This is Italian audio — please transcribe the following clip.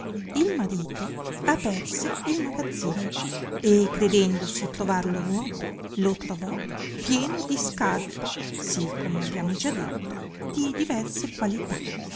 il marito aperse il magazzino e credendosi trovarlo vuoto lo trovò pieno di scarpe sì come abbiamo già detto di diverse qualità